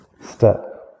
step